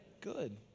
Good